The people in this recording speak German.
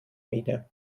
miene